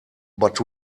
but